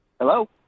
Hello